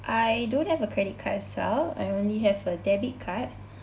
I don't have a credit card as well I only have a debit card